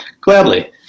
Gladly